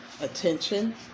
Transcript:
attention